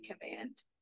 command